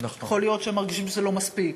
יכול להיות שהם מרגישים שזה לא מספיק,